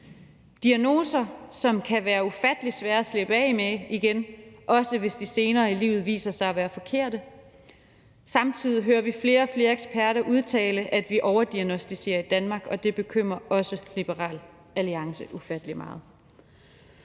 diagnoser, som kan være ufattelig svære at slippe af med igen, også hvis de senere i livet viser sig at være forkerte. Samtidig hører vi flere og flere eksperter udtale, at vi overdiagnosticerer i Danmark, og det bekymrer også Liberal Alliance ufattelig meget.